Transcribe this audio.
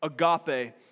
agape